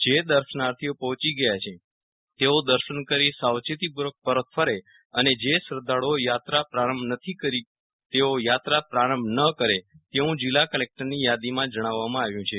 જે દર્શનાર્થીઓ પહોંચી ગયા છે તેઓ દર્શન કરી સાવચેતીપૂર્વક પરત ફરે અને જે શ્રધ્ધાળુઓ યાત્રા પ્રારંભ નથી કરી તેઓ યાત્રા પ્રારંભ ન કરે તેવું જિલ્લા કલેકટરની યાદીમાં જણાવવામાં આવે છે